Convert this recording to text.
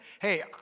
hey